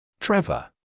Trevor